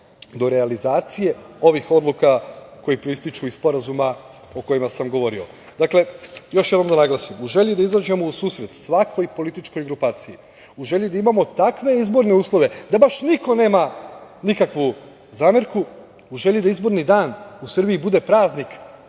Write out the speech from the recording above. do realizacije ovih odluka koje proističu iz sporazuma o kojima sam govorio. Dakle, još jednom da naglasim, u želji da izađemo u susret svakoj političkoj grupaciji, u želji da imamo takve izborne uslove da baš niko nema nikakvu zamerku, u želju da izborni dan u Srbiji bude praznik